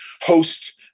host